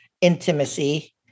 intimacy